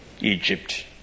Egypt